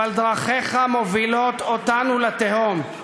אבל דרכיך מובילות אותנו לתהום.